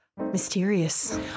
Mysterious